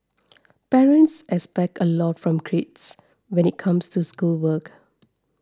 parents expect a lot from when it comes to schoolwork